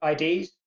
IDs